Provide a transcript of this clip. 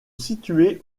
situer